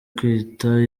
kwita